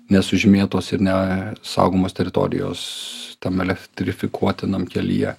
nesužymėtos ir ne saugomos teritorijos tam elektrifikuotinam kelyje